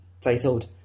titled